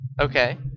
okay